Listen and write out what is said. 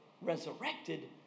resurrected